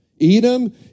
Edom